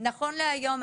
נכון להיום,